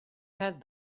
had